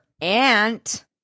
aunt